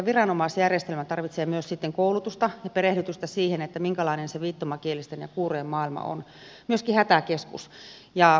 viranomaisjärjestelmä myöskin hätäkeskus tarvitsee myös koulutusta ja perehdytystä siihen minkälainen se viittomakielisten ja kuurojen maailma on